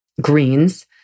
greens